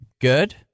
Good